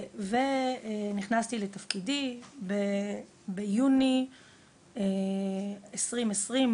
ונכנסתי לתפקידי ביוני 2020,